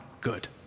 good